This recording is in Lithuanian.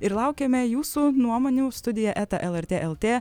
ir laukiame jūsų nuomonių studija eta lrt lt